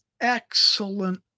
excellent